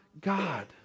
God